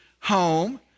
home